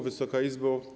Wysoka Izbo!